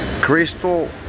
Crystal